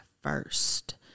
first